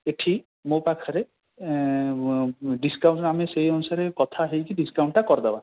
ଏଠି ମୋ ପାଖେରେ ଡିସ୍କାଉଣ୍ଟ ଆମେ ସେହି ଅନୁସାରେ କଥା ହୋଇକି ଡିସ୍କାଉଣ୍ଟଟା କରିଦେବା